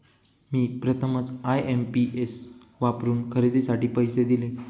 मी प्रथमच आय.एम.पी.एस वापरून खरेदीसाठी पैसे दिले